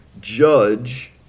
judge